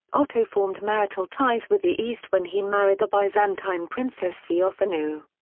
otto formed marital ties with the east when he married the byzantine princess theophanu.